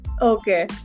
Okay